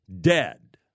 dead